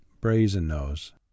Brazen-Nose